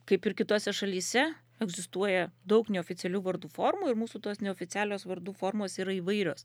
kaip ir kitose šalyse egzistuoja daug neoficialių vardų formų ir mūsų tos neoficialios vardų formos yra įvairios